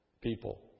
people